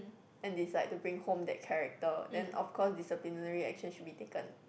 and decide to bring home that character then of course disciplinary action should be taken